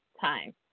Time